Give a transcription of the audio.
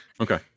Okay